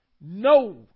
No